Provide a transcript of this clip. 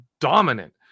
dominant